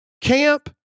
camp